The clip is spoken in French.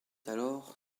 alors